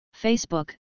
Facebook